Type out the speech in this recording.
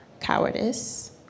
cowardice